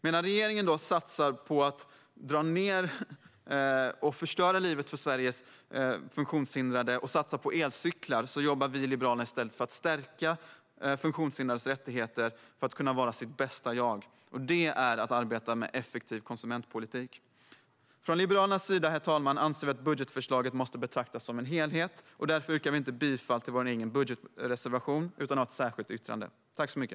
Medan regeringen satsar på att dra ned på och förstöra för livet för Sveriges funktionshindrade och satsa på elcyklar jobbar vi i Liberalerna i stället för att stärka funktionshindrades rättigheter att vara sina bästa jag. Det är att arbeta med effektiv konsumentpolitik. Från Liberalernas sida anser vi att budgetförslaget måste betraktas som en helhet, herr talman. Därför yrkar vi inte bifall till vår egen budgetreservation utan har ett särskilt yttrande.